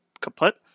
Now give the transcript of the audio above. kaput